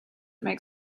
make